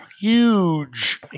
Huge